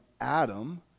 Adam